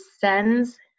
sends